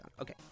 Okay